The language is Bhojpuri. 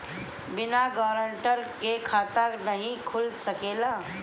बिना गारंटर के खाता नाहीं खुल सकेला?